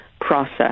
process